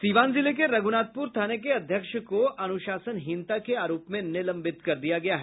सीवान जिले के रघुनाथपुर थाने के अध्यक्ष को अनुशासनहीनता के आरोप में निलंबित कर दिया गया है